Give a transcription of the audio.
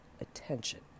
attention